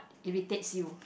irritates you